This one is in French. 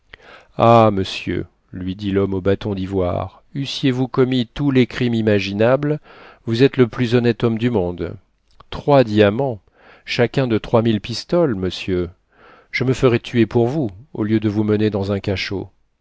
ah monsieur lui dit l'homme au bâton d'ivoire eussiez-vous commis tous les crimes imaginables vous êtes le plus honnête homme du monde trois diamants chacun de trois mille pistoles monsieur je me ferais tuer pour vous au lieu de vous mener dans un cachot